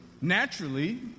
naturally